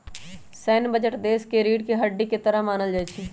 सैन्य बजट देश के रीढ़ के हड्डी के तरह मानल जा हई